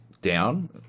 down